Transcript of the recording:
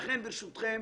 לכן, ברשותכם,